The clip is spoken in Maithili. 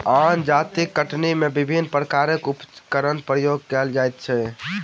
आन जजातिक कटनी मे विभिन्न प्रकारक उपकरणक प्रयोग कएल जाइत अछि